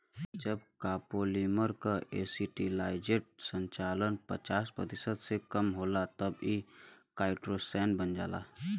जब कॉपोलीमर क एसिटिलाइज्ड संरचना पचास प्रतिशत से कम होला तब इ काइटोसैन बन जाला